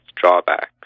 drawbacks